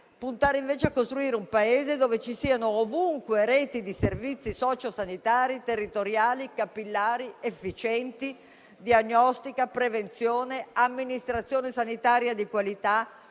puntare invece a costruire un Paese dove ci siano ovunque reti di servizi socio-sanitari, territoriali, capillari ed efficienti, diagnostica, prevenzione, amministrazione sanitaria di qualità,